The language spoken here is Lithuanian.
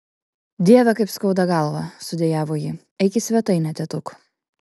dieve kaip skauda galvą sudejavo ji eik į svetainę tėtuk